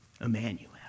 Emmanuel